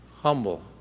humble